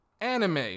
anime